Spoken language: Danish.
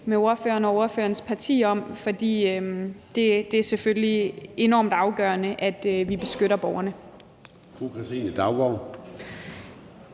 med ordføreren og ordførerens parti om; det er selvfølgelig enormt afgørende, at vi beskytter borgerne.